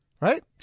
right